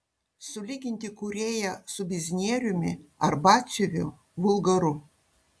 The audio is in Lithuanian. sulyginti kūrėją su biznieriumi ar batsiuviu vulgaru